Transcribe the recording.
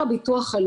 קורים בבית דברים